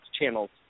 channels